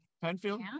penfield